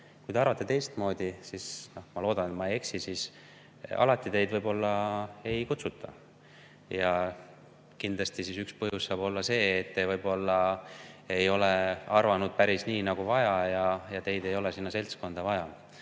Kui te arvate teistmoodi, siis – ma loodan, et ma ei eksi – alati teid võib-olla ei kutsuta. Kindlasti üks põhjus saab olla see, et te võib-olla ei ole arvanud päris nii, nagu vaja, ja teid ei ole sinna seltskonda vaja.